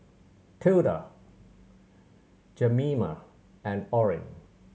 Tilda Jemima and Orrin